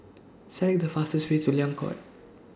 Select The fastest Way to Liang Court